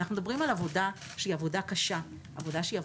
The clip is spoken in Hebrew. אנחנו מדברים על עבודה קשה וחשובה.